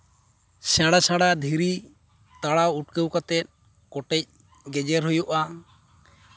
ᱥᱮᱬᱟᱼᱥᱮᱬᱟ ᱫᱷᱤᱨᱤ ᱛᱟᱲᱟᱣ ᱩᱴᱠᱟᱹᱣ ᱠᱟᱛᱮᱫ ᱠᱚᱴᱮᱡ ᱜᱮᱡᱮᱨ ᱦᱩᱭᱩᱜᱼᱟ